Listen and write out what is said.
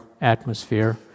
atmosphere